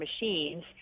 machines